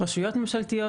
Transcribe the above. רשויות ממשלתיות.